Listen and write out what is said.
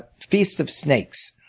feast of snakes.